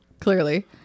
clearly